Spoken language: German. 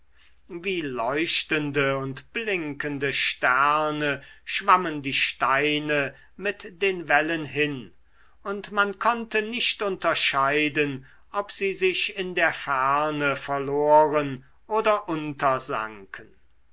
wie leuchtende und blinkende sterne schwammen die steine mit den wellen hin und man konnte nicht unterscheiden ob sie sich in der ferne verloren oder